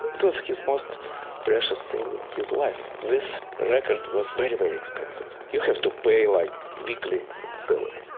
just his most precious things in his life. this record was very, very expensive. you have to pay like weekly salary,